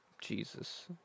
Jesus